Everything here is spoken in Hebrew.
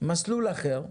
מסלול אחר,